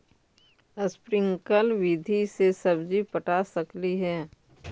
Sprinkle विधि से सब्जी पटा सकली हे?